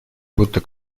будто